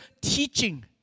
teaching